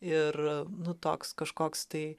ir nu toks kažkoks tai